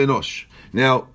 Now